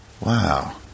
Wow